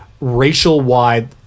racial-wide